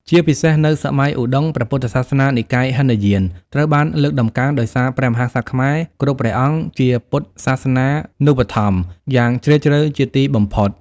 ជាពិសេស នៅសម័យឧត្តុង្គ ព្រះពុទ្ធសាសនានិកាយហីនយានត្រូវបានលើកតម្កើង ដោយសារ ព្រះមហាក្សត្រខ្មែរគ្រប់ព្រះអង្គជា ពុទ្ធសាសនូបត្ថម្ភក៏យ៉ាងជ្រាលជ្រៅជាទីបំផុត។